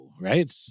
right